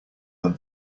than